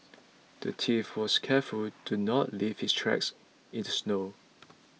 the thief was careful to not leave his tracks in the snow